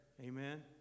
Amen